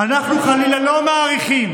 זה לא קשור, אנחנו לא מאריכים,